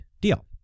deal